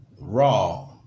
Raw